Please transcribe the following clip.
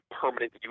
permanent